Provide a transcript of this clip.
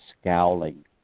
scowling